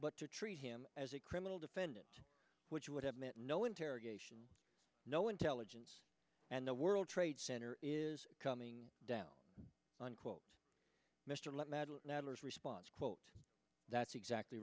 but to treat him as a criminal defendant which would have meant no interrogation no intelligence and the world trade center is coming down on quote mr let mad hatters response quote that's exactly